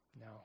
No